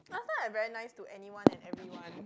last time I very nice to anyone and everyone